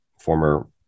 former